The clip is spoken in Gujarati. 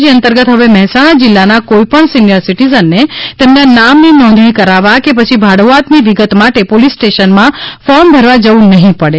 જે અંતર્ગત હવે મહેસાણા જિલ્લાના કોઇ પણ સિનિયર સીટીઝનને તેમના નામની નોંધણી કરાવવા કે પછી ભાડુઆતની વિગત માટે પોલીસ સ્ટેશનમાં ફોર્મ ભરવા જવુ નહી પડે